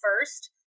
first